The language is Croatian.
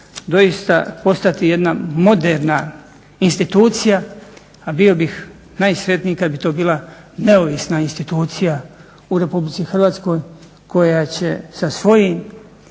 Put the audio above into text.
doista postati jedna moderna institucija, a bio bih najsretniji kad bi to bila neovisna institucija u RH koja će sa svojim